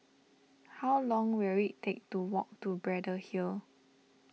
how long will it take to walk to Braddell Hill